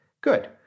Good